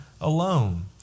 alone